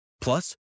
Plus